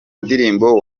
ndirimbo